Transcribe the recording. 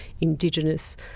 Indigenous